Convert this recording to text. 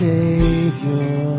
Savior